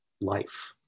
life